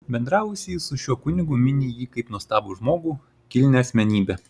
bendravusieji su šiuo kunigu mini jį kaip nuostabų žmogų kilnią asmenybę